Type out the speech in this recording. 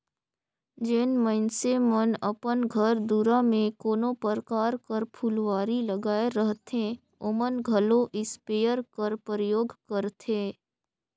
जेन मइनसे मन अपन घर दुरा में कोनो परकार कर फुलवारी लगाए रहथें ओमन घलो इस्पेयर कर परयोग करथे